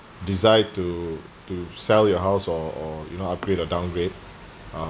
decide to to sell your house or or you know upgrade or downgrade uh